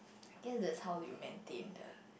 I guess that's how you maintain the